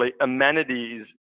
amenities